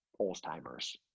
Alzheimer's